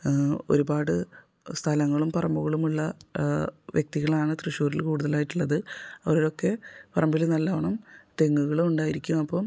ഒരുപാട് സ്ഥലങ്ങളും പറമ്പുകളും ഉള്ള വ്യക്തികളാണ് തൃശൂരിൽ കൂടുതലായിട്ടുള്ളത് അവരൊക്കെ പറമ്പിൽ നല്ല വണ്ണം തെങ്ങുകൾ ഉണ്ടായിരിക്കും അപ്പം